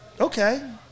okay